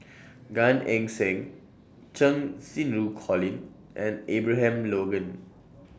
Gan Eng Seng Cheng Xinru Colin and Abraham Logan